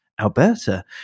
Alberta